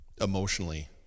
emotionally